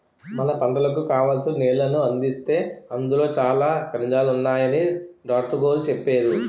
మన పంటలకు కావాల్సిన నీళ్ళను అందిస్తే అందులో చాలా ఖనిజాలున్నాయని డాట్రుగోరు చెప్పేరు